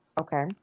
okay